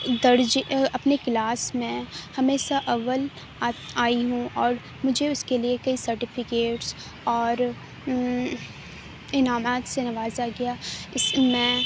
درجے اپنے کلاس میں ہمیشہ اول آئی ہوں اور مجھے اس کے لیے کئی سرٹیفکیٹس اور انعامات سے نوازا گیا اس میں